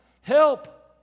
help